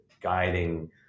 guiding